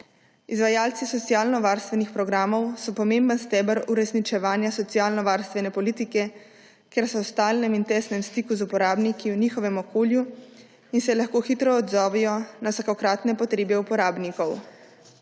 Izvajalci socialnovarstvenih programov so pomemben steber uresničevanja socialnovarstvene politike, ker so v stalnem in v tesnem stiku z uporabniki v njihovem okolju in se lahko hitro odzovejo na vsakokratne potrebe uporabnikov.